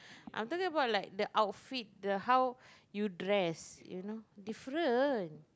I'm talking about like the outfit the how you dress you know different